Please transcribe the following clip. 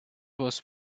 was